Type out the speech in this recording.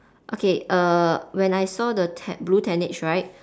okay err when I saw the tent~ blue tentage right